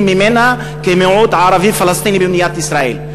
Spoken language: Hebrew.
ממנה כמיעוט ערבי-פלסטיני במדינת ישראל.